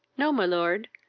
no, my lord.